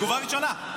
תגובה ראשונה.